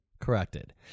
corrected